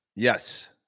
Yes